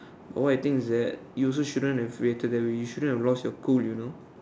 all I think is that you shouldn't have reacted that way you shouldn't have lost your cool you know